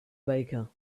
baker